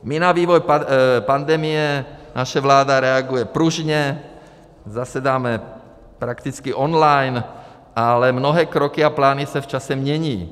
My na vývoj pandemie, naše vláda reaguje pružně, zasedáme prakticky online, ale mnohé kroky a plány se v čase mění.